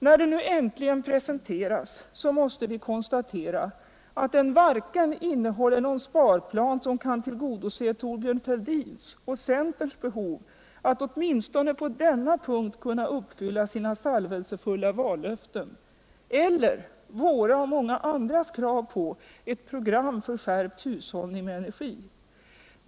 När det nu äntligen presenteras måste vi konstatera att där inte finns någon sparplan som kan tillgodose vare sig Thorbjörn Fälldins och centerns behov att åtminstone på denna punkt kunna uppfylla sina salvelsefulla vallöften e/fer våra och många andras krav på ctt program för skärpt hushållning med energi.